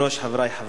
חברי חברי הכנסת,